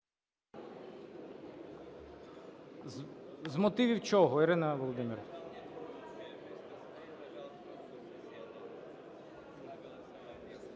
З мотивів чого, Ірина Володимирівна?